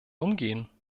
umgehen